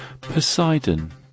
Poseidon